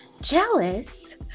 jealous